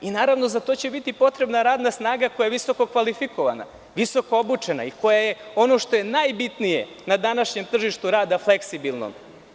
Naravno za to će biti potrebna radna snaga koja je visoko kvalifikovana, visoko obučena i koja je, ono što je najbitnije, na današnjem tržištu rada fleksibilna.